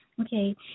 okay